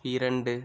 இரண்டு